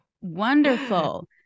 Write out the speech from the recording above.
Wonderful